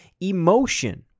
emotion